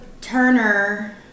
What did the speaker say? Turner